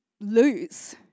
lose